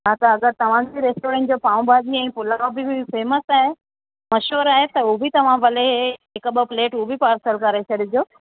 हा त अगरि तव्हांजे रेस्टोरंट जो पाव भाॼी ऐं पुलाव बि फ़ेमस आहे मशहूरु आहे त उहो बि तव्हां भले हिक ॿ प्लेट हू बि पार्सल करे छॾिजो